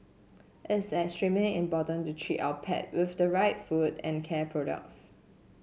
it's extremely important to treat our pet with the right food and care products